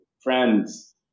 friends